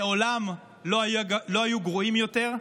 מעולם לא היו גרועים יותר.